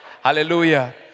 Hallelujah